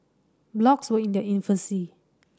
blogs were in their infancy